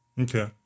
Okay